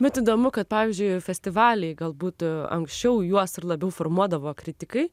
bet įdomu kad pavyzdžiui festivaliai galbūt anksčiau juos ir labiau formuodavo kritikai